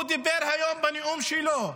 הוא דיבר היום בנאום שלו,